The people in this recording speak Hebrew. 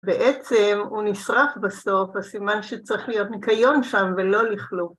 בעצם הוא נשרף בסוף, הסימן שצריך להיות נקיון שם ולא לכלוך.